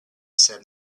said